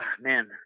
man